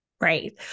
Right